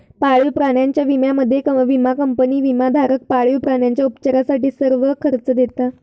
पाळीव प्राण्यांच्या विम्यामध्ये, विमा कंपनी विमाधारक पाळीव प्राण्यांच्या उपचारासाठी सर्व खर्च देता